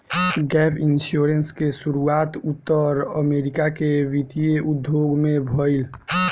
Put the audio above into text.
gap insurance के शुरुआत उत्तर अमेरिका के वित्तीय उद्योग में भईल